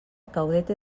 caudete